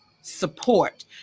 support